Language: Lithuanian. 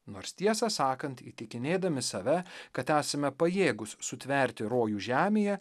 nors tiesą sakant įtikinėdami save kad esame pajėgūs sutverti rojų žemėje